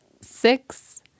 six